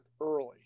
early